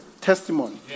testimony